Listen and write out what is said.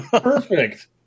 Perfect